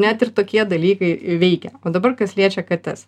net ir tokie dalykai veikia o dabar kas liečia kates